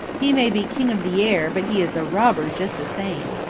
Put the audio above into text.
he may be king of the air, but he is a robber just the same.